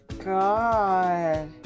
God